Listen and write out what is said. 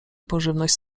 pożywność